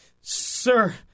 sir